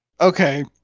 okay